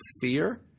fear